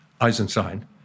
Eisenstein